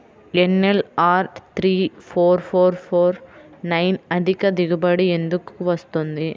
LNR three four four four nine అధిక దిగుబడి ఎందుకు వస్తుంది?